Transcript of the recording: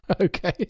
Okay